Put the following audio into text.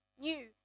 new